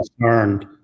concerned